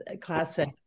Classic